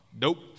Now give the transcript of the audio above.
Nope